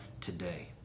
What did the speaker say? today